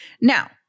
Now